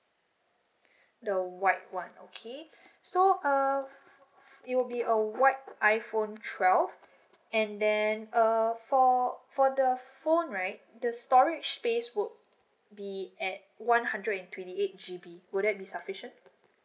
the white one okay so um it will be a white iphone twelve and then err for for the phone right the storage space would be at one hundred and twenty eight G_B would that be sufficient